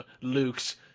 Luke's